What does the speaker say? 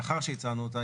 לאחר שהצענו אותה,